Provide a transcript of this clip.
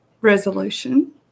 resolution